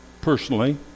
personally